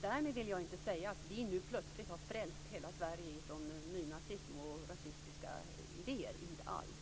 Därmed vill jag inte säga att vi plötsligt har frälst hela Sverige från nynazism och rasistiska idéer. Inte alls.